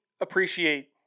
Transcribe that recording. appreciate